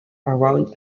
around